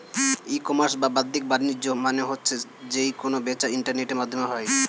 ই commerce বা বাদ্দিক বাণিজ্য মানে হচ্ছে যেই কেনা বেচা ইন্টারনেটের মাধ্যমে হয়